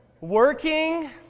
Working